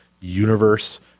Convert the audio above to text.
universe